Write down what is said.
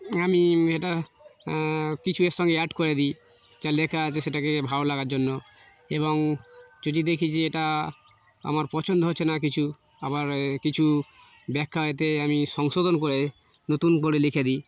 আমি এটা কিছু এর সঙ্গে অ্যাড করে দিই যা লেখা আছে সেটাকে ভালো লাগার জন্য এবং যদি দেখি যে এটা আমার পছন্দ হচ্ছে না কিছু আবার কিছু ব্যাখ্যা এতে আমি সংশোধন করে নতুন করে লিখে দিই